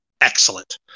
excellent